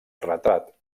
retrat